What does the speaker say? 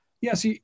Yes